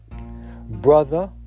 brother